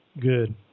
good